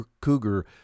Cougar